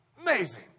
amazing